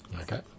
okay